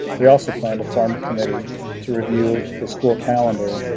we also plan to form a committee to review the school calendar.